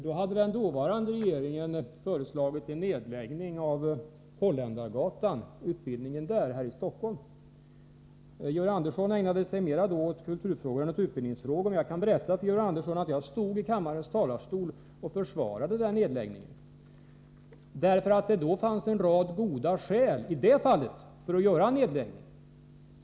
Då hade den dåvarande regeringen föreslagit nedläggning av utbildningen vid Holländargatan i Stockholm. Georg Andersson ägnade sig då mer åt kulturfrågor än åt utbildningsfrågor. Jag kan berätta för Georg Andersson att jag stod i kammarens talarstol och försvarade denna nedläggning, därför att det i det fallet fanns en rad goda skäl för en nedläggning.